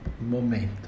momento